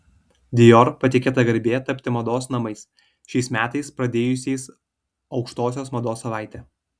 dior patikėta garbė tapti mados namais šiais metais pradėjusiais aukštosios mados savaitę